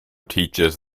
teaches